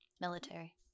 Military